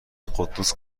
قدوس